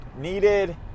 needed